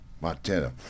Montana